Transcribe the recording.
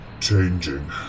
changing